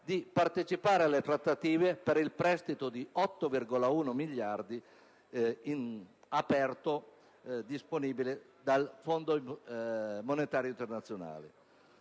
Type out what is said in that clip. di partecipare alle trattative per il prestito di 8,1 miliardi reso disponibile dal Fondo monetario internazionale.